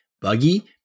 buggy